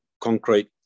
concrete